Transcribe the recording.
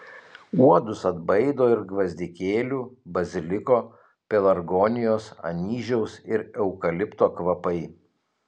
uodus atbaido ir gvazdikėlių baziliko pelargonijos anyžiaus ir eukalipto kvapai